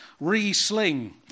Re-sling